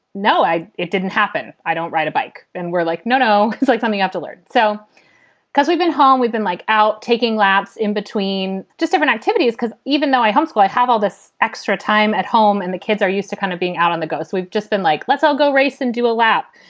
no, it didn't happen. i don't ride a bike. and we're like, no, no, it's like climbing up to leard. so because we've been home, we've been like out taking laps in between just different activities because even though i homeschool, i have all this extra time at home and the kids are used to kind of being out on the goes. we've just been like, let's all go race and do a lap.